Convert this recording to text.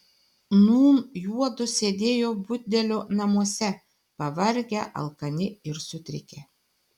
nūn juodu sėdėjo budelio namuose pavargę alkani ir sutrikę